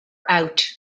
out